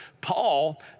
Paul